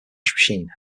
machine